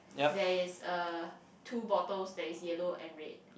there is uh two bottles that is yellow and red